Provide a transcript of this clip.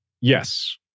Yes